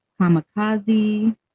kamikaze